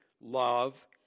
love